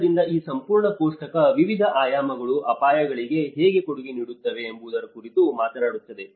ಆದ್ದರಿಂದ ಈ ಸಂಪೂರ್ಣ ಕೋಷ್ಟಕ ವಿವಿಧ ಆಯಾಮಗಳು ಅಪಾಯಗಳಿಗೆ ಹೇಗೆ ಕೊಡುಗೆ ನೀಡುತ್ತವೆ ಎಂಬುದರ ಕುರಿತು ಮಾತನಾಡುತ್ತದೆ